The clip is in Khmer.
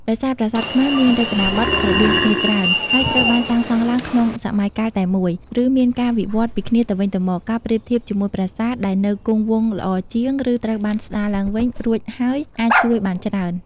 ដោយសារប្រាសាទខ្មែរមានរចនាបថស្រដៀងគ្នាច្រើន ហើយត្រូវបានសាងសង់ឡើងក្នុងសម័យកាលតែមួយ ឬមានការវិវត្តន៍ពីគ្នាទៅវិញទៅមក ការប្រៀបធៀបជាមួយប្រាសាទដែលនៅគង់វង្សល្អជាង ឬត្រូវបានស្ដារឡើងវិញរួចហើយ អាចជួយបានច្រើន។